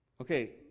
Okay